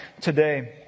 today